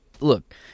look